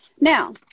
Now